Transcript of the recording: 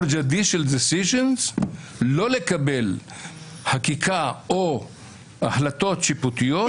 אין לקבל חקיקה או החלטות שיפוטיות,